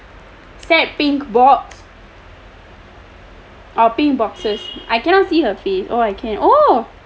is that pink box or pink boxes I cannot see her face oh I can oh